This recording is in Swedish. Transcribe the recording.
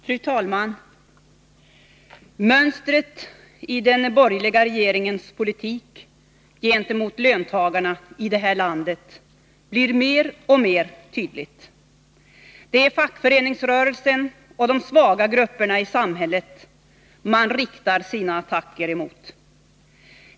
Fru talman! Mönstret i den borgerliga regeringens politik gentemot löntagarna i detta land blir mer och mer tydligt. Det är fackföreningsrörelsen och de svaga grupperna i samhället som man riktar sina attacker mot.